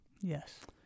Yes